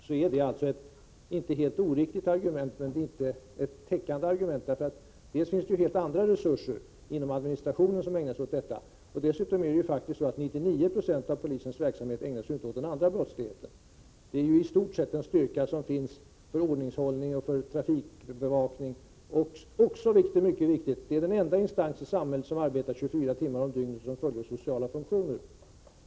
Det är inte ett helt oriktigt argument, men det är inte ett heltäckande argument därför att det finns helt andra resurser utöver polisens inom administrationen som ägnas åt detta. Dessutom är det faktiskt så att 99 90 av polisens verksamhet ju inte ägnas åt den andra brottsligheten. Det är till stor del en styrka som finns för ordningshållning och trafikbevakning. Vad som 43 också är viktigt att notera är att polisen är den enda instans i samhället som arbetar 24 timmar om dygnet och fyller sociala funktioner.